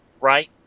right